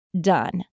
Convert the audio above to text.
done